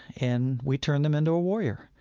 and we turn them into a warrior,